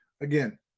again